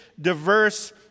diverse